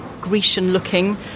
Grecian-looking